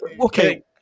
okay